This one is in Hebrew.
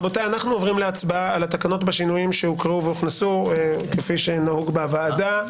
עוברים להצבעה על התקנות בשינויים שהוקראו והוכנסו כפי שנהוג בוועדה.